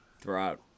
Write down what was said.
throughout